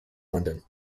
london